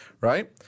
right